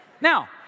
Now